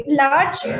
large